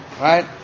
right